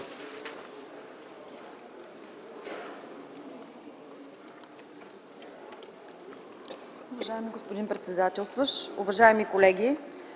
Уважаеми господин председателстващ, уважаеми колеги!